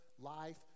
life